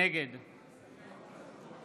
נגד